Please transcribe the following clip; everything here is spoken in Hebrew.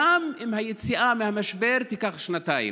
גם אם היציאה מהמשבר תיקח שנתיים.